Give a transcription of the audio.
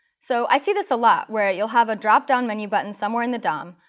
so i see this a lot, where you'll have a drop-down menu button somewhere in the dom,